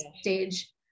stage